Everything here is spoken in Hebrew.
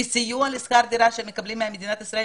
כי סיוע בשכר דירה שהם מקבלים ממדינת ישראל,